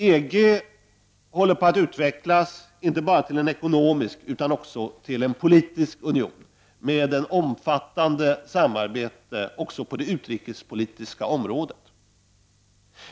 EG håller på att utvecklas inte bara till en ekonomisk utan också en politisk union, med ett omfattande samarbete även på det utrikespolitiska området.